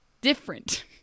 Different